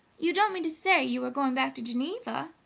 you don't mean to say you are going back to geneva?